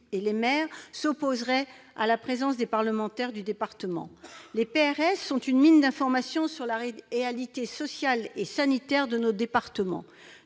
et des maires s'opposerait à la présence des parlementaires du département. Les PRS sont une mine d'informations sur la réalité sociale et sanitaire de nos départements.